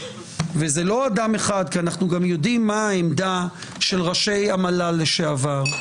וזה לא אדם אחד כי אנו יודעים מה העמדה של ראשי המל"ל לשעבר,